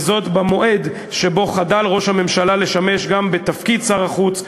וזאת במועד שבו חדל ראש הממשלה לשמש גם בתפקיד שר החוץ,